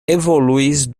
evoluis